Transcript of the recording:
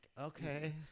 Okay